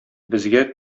безгә